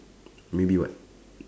maybe what